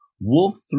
Wolf